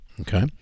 Okay